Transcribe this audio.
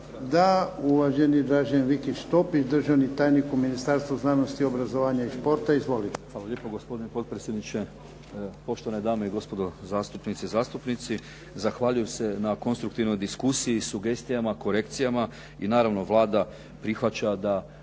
Da. Uvaženi Dražen Vikić Topić, državni tajnik u Ministarstvu znanosti, obrazovanja i športa. Izvolite.